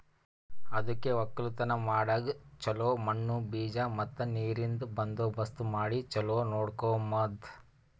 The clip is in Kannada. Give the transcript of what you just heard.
ಅದುಕೆ ಒಕ್ಕಲತನ ಮಾಡಾಗ್ ಚೊಲೋ ಮಣ್ಣು, ಬೀಜ ಮತ್ತ ನೀರಿಂದ್ ಬಂದೋಬಸ್ತ್ ಮಾಡಿ ಚೊಲೋ ನೋಡ್ಕೋಮದ್